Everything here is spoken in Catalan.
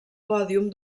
pòdium